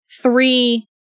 three